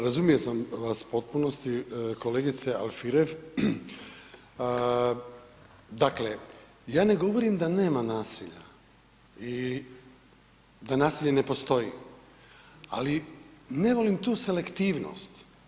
Razumio sam vas u potpunosti kolegice Alfirev, dakle ja ne govorim da nema nasilja i da nasilje ne postoji, ali ne volim tu selektivnost.